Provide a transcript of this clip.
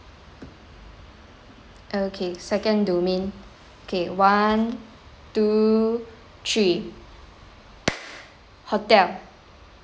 okay second domain okay one two three hotel